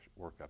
workup